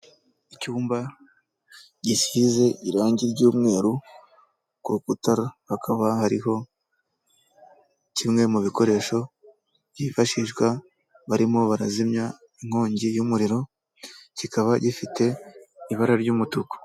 Icyumba gisize irangi ry'umweru, ku rukuta hakaba hariho kimwe mu bikoresho byifashishwa barimo barazimya inkongi y'umuriro, kikaba gifite ibara ry'umutuku.